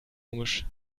komisch